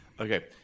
Okay